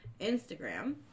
Instagram